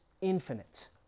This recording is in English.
infinite